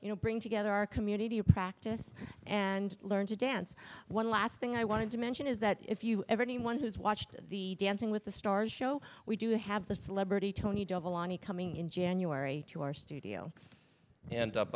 you know bring together our community of practice and learn to dance one last thing i wanted to mention is that if you ever anyone who's watched the dancing with the stars show we do have the celebrity tony dovolani coming in january to our studio and